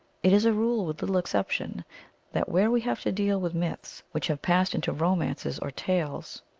it is a rule with little exception that where we have to deal with myths which have passed into romances or tales,